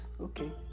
Okay